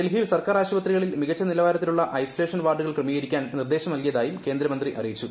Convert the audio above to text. ഡൽഹിയിൽ സർക്കാർ ആശുപത്രികളിൽ മികച്ച നിലവാരത്തിലുളള ഐസൊലേഷൻ വാർഡുകൾ ക്രമീകരിക്കാൻ നിർദ്ദേശം നൽകിയതായും കേന്ദ്രമന്ത്രി അറിയിച്ചു